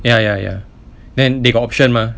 ya ya ya then they got option mah